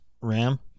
Ram